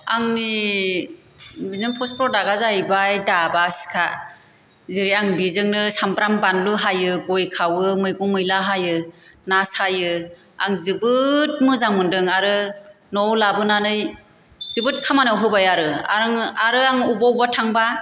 आंनि बिदिनो फोस फ्रदाकआ जाहैबाय दाबा सिखा जेरै आं बेजोंनो सामब्राम बानलु हायो गय खावो मैगं मैला हायो ना साइयो आं जोबोद मोजां मोनदों आरो न'आव लाबोनानै जोबोद खामानियाव होबाय आरो आं आरो आं अब्बा अब्बा थांबा